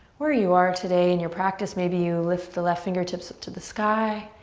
where you are today in your practice. maybe you lift the left fingertips up to the sky,